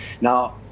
Now